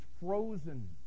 frozen